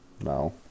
No